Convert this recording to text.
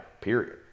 period